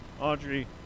Audrey